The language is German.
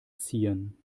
ziehen